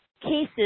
cases